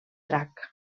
drac